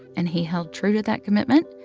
and he held true to that commitment.